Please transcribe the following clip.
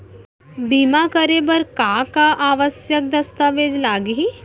बीमा करे बर का का आवश्यक दस्तावेज लागही